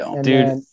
Dude